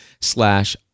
slash